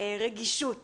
רגישות